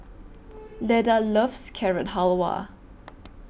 Leda loves Carrot Halwa